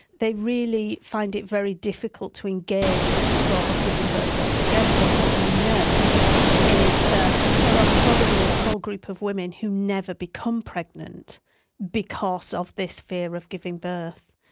they really find it very difficult to engage with the thought of giving birth altogether. and what we know is that there are probably a whole group of women who never become pregnant because of this fear of giving birth,